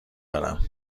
دارم